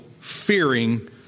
fearing